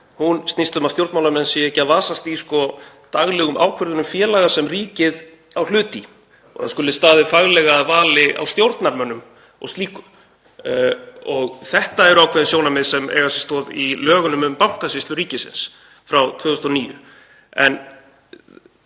snýst um að stjórnmálamenn séu ekki að vasast í daglegum ákvörðunum félaga sem ríkið á hlut í og það skuli staðið faglega að vali á stjórnarmönnum og slíku. Þetta eru ákveðin sjónarmið sem eiga sér stoð í lögum um Bankasýslu ríkisins frá 2009 en